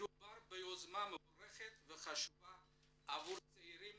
מדובר ביוזמה מבורכת וחשובה עבור הצעירים